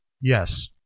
Yes